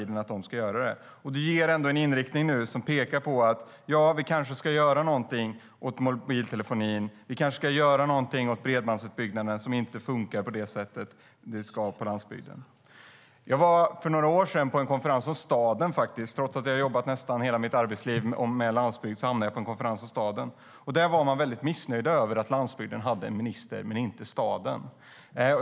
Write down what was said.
Det har lett till en inriktning som pekar mot att göra något åt mobiltelefonin och bredbandsutbyggnaden, som inte funkar som de ska på landsbygden. Jag var för några år sedan på en konferens om staden. Trots att jag arbetat nästan hela mitt arbetsliv med frågor om landsbygden hamnade jag på en konferens om staden. Där var man missnöjd med att landsbygden hade en minister - men inte staden.